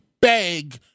beg